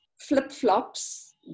flip-flops